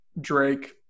Drake